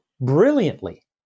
brilliantly